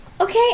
Okay